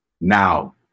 Now